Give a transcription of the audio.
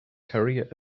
career